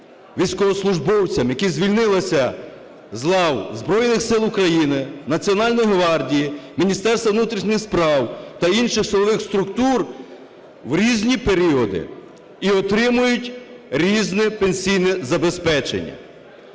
військовослужбовцям, які звільнилися з лав Збройних Сил України, Національної гвардії, Міністерства внутрішніх справ та інших силових структур у різні періоди і отримують різне пенсійне забезпечення.